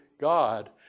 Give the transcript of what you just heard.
God